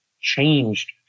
changed